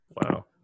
wow